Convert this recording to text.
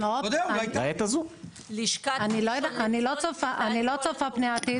אני לא צופה פני עתיד.